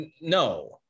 no